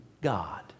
God